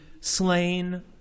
slain